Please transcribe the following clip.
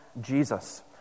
Jesus